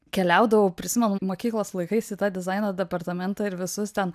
keliaudavau prisimenu mokyklos laikais į tą dizaino departamentą ir visus ten